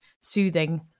soothing